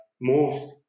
move